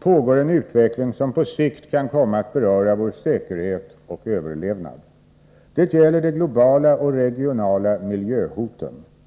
pågår en utveckling som på sikt kan komma att beröra vår säkerhet och överlevnad. Det gäller de globala och regionala miljöhoten.